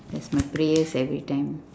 that's my prayers every time